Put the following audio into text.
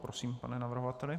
Prosím, pane navrhovateli.